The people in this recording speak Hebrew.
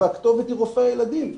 והכתובת היא רופא הילדים.